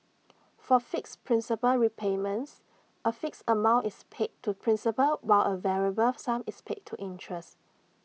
for fixed principal repayments A fixed amount is paid to principal while A variable sum is paid to interest